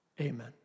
Amen